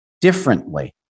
differently